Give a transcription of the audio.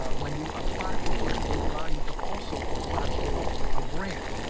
when you apply board will allow you to also apply for a grant.